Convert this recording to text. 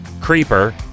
Creeper